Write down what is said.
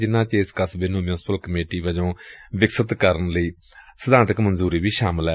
ਜਿਨ੍ਹਾਂ ਚ ਇਸ ਕਸਬੇ ਨੂੰ ਮਿਉਂਸਪਲ ਕਮੇਟੀ ਵੱਜੋਂ ਵਿਕਸਤ ਕਰਨ ਲਈ ਸਿਧਾਂਤਕ ਮਨਜੂਰੀ ਵੀ ਸ਼ਾਮਲ ਏ